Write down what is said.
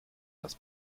das